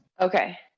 okay